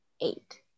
eight